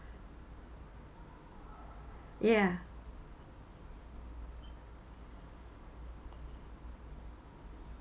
ya